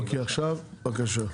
אוקיי, עכשיו, בבקשה.